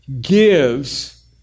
gives